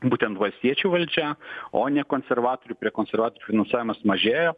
būtent valstiečių valdžia o ne konservatorių prie konservatorių finansavimas mažėjo